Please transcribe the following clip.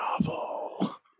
novel